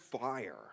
fire